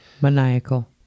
Maniacal